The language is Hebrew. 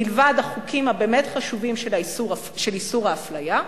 מלבד החוקים הבאמת חשובים של איסור האפליה.